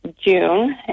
June